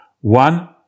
One